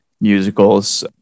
musicals